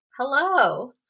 Hello